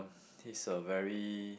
he's a very